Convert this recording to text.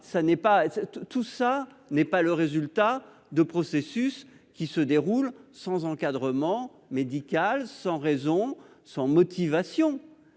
actuelle n'est pas le résultat de processus qui se dérouleraient sans encadrement médical, sans raison ni motivation.